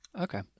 Okay